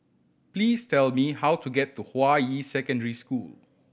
please tell me how to get to Hua Yi Secondary School